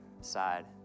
side